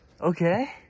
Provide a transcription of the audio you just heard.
Okay